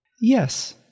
yes